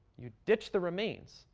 you ditch the remains,